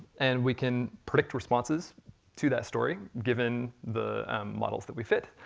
and we can predict responses to that story given the models that we fit.